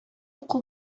уку